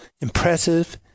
impressive